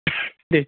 दे